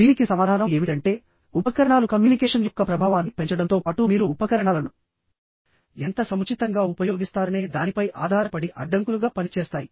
దీనికి సమాధానం ఏమిటంటే ఉపకరణాలు కమ్యూనికేషన్ యొక్క ప్రభావాన్ని పెంచడంతో పాటు మీరు ఉపకరణాలను ఎంత సముచితంగా ఉపయోగిస్తారనే దానిపై ఆధారపడి అడ్డంకులుగా పనిచేస్తాయి